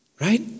Right